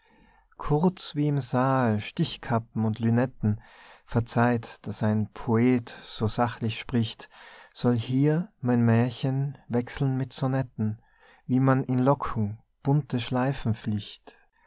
kurz wie im saal stichkappen und lünetten verzeiht daß ein poet so sachlich spricht soll hier mein mährchen wechseln mit sonetten wie man in locken bunte schleifen flicht